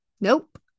nope